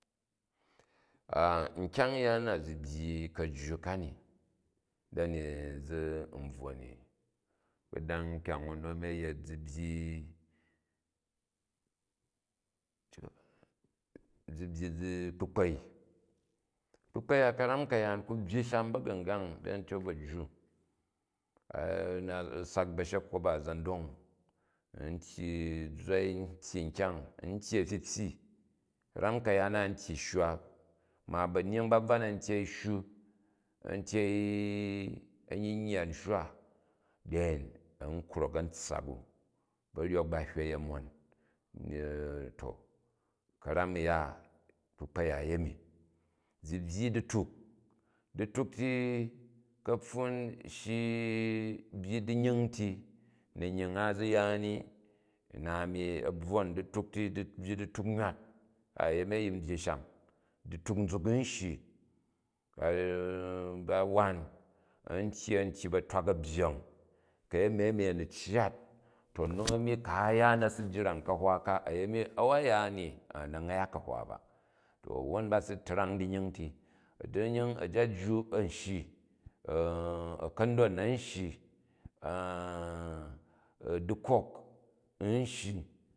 nvvyang ya na zi byyi ka̱jju ka ni, dan zi n bvwo ni a̱gbodang kyang nu ami a̱yet, zi byyi kpakpa̱i. Kpukpa̱i za karam kayaan ku byyi sham ba̱ga̱ngang di a̱ntyok bajju a̱ sak ba̱shekwot ba a̱za̱ndong a̱n iyyi zzwai, a tyyi nkyang, a tyyi apyipyi, karnai kayaan ani tyyi shwa, ma banyying ba bvan a̱n tyei shwu, a̱n tyei a̱nyinyyat shwa. Then a̱n kvok a̱ntssak u̱, u̱ ba̱ ryok ba bwei a̱ma to ka̱ram a̱ya kpukpai ya yemi. Zi byyi dituk, dituk ti ka̱pfun shi, byyi chinying nti. Na̱nying a̱ zi ya ni, nna a̱mi a bvwom. Dituk ti, zi byyi dituk nywat, ayemi a̱ yin byyi sham, dilak zuk zo shyi, ba wan a̱n tyyi, an tyyi batwak a̱byyeng, kayemi ami a̱ni cyat, to nu a̱mi ku aza na̱ si jrong ka̱hwa ka. Ayemi a̱u a ya ni a̱ na̱ ngyak ka̱hwa ba. To a̱wwon ba trang dinying ti, dinying a̱jajwa a̱n shyi a̱ka̱ndon an shyi dikok n shyi